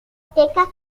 teca